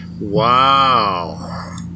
wow